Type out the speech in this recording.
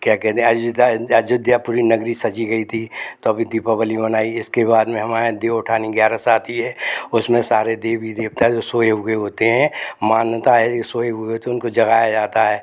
क्या कहते हैं अयोध्या अयोध्यापुरी नगरी सजाई गई थी तभी दीपावली मनाई इसके बाद में हमारे देव उठानी ग्यारह साथी है उसमें सारे देवी देवता जो सोए हुए होते हैं मान्यता है जो सोए हुए होते हैं उनको जगाया जाता है